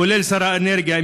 כולל שר האנרגיה,